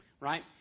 right